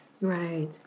Right